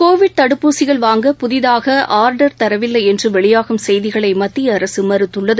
Covid தடுப்பூசிகள் வாங்க புதிதாக ஆர்டர் தரவில்லை என்று வெளியாகும் செய்திகளை மத்திய அரசு மறுத்துள்ளது